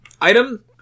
Item